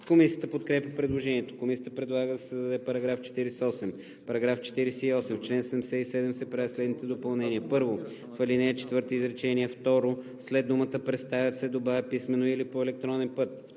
Комисията подкрепя предложението. Комисията предлага да се създаде § 48: „§ 48. В чл. 77 се правят следните допълнения: 1. В ал. 4, изречение второ след думата „представят“ се добавя „писмено или по електронен път“.